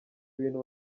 bintu